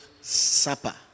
supper